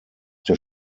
der